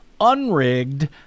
unrigged